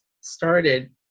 started